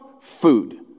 Food